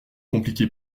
compliqué